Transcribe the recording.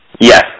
Yes